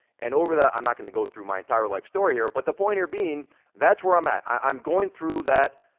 and over the, i'm not gonna go through my entire life story here, but the point of being that's where i'm at, i'm going through that,